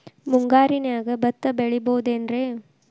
ಮುಂಗಾರಿನ್ಯಾಗ ಭತ್ತ ಬೆಳಿಬೊದೇನ್ರೇ?